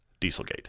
Dieselgate